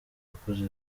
wakoze